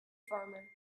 farmer